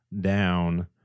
down